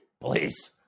Please